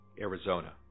Arizona